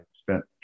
spent